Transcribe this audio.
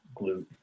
glute